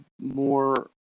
more